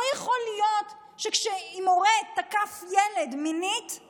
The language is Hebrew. לא יכול להיות שאם מורה תקף מינית ילד,